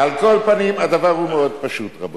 על כל פנים, הדבר הוא מאוד פשוט, רבותי.